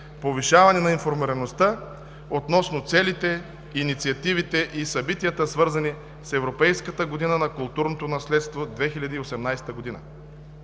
повишаване на информираността относно целите, инициативите и събитията, свързани с „Европейската година на културното наследство – 2018“.